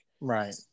Right